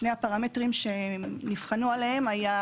שני הפרמטרים שנבחנו עליהם היו